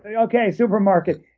but okay, supermarket,